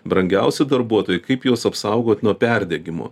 brangiausi darbuotojai kaip juos apsaugot nuo perdegimo